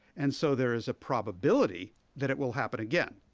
and so there is a probability that it will happen again.